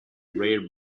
rare